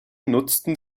nutzten